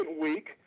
week